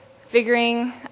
figuring